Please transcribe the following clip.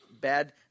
bad